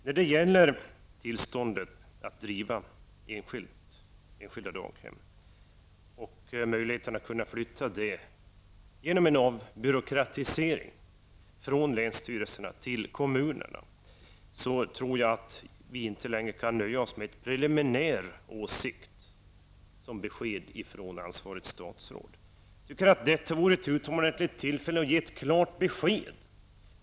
När det gäller tillståndet att driva enskilda daghem och möjligheterna att genom avbyråkratisering flytta det hela från länsstyrelserna till kommunerna tror jag att vi inte längre kan nöja oss med ett preliminärt besked från det ansvariga statsrådet. Det här tillfället vore utomordentligt lämpligt för statsrådet att ge ett klart besked.